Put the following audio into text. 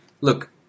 Look